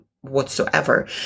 whatsoever